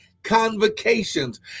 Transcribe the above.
convocations